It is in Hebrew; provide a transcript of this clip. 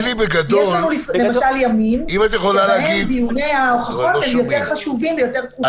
יש לנו ימים שבהם דיוני ההוכחות יותר חשובים ויותר דחופים.